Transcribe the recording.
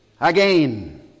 again